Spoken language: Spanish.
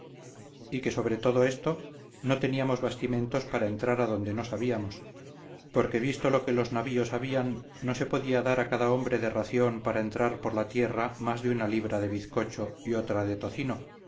y que sobre todo esto no teníamos bastimentos para entrar adonde no sabíamos porque visto lo que los navíos había no se podía dar a cada hombre de ración para entrar por la tierra más de una libra de bizcocho y otra de tocino